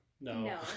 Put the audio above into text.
no